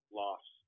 loss